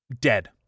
dead